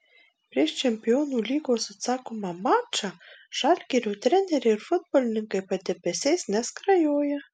prieš čempionų lygos atsakomą mačą žalgirio treneriai ir futbolininkai padebesiais neskrajoja